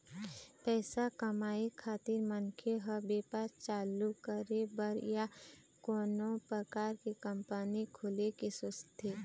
पइसा कमाए खातिर मनखे ह बेपार चालू करे बर या कोनो परकार के कंपनी खोले के सोचथे